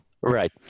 Right